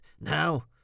Now